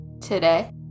Today